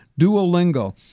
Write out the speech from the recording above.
Duolingo